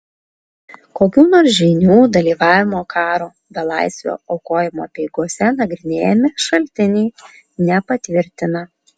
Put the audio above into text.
kokių nors žynių dalyvavimo karo belaisvio aukojimo apeigose nagrinėjami šaltiniai nepatvirtina